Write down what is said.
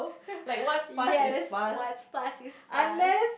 yes what's past is past